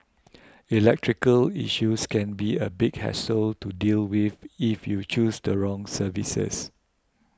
electrical issues can be a big hassle to deal with if you choose the wrong services